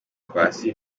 paccy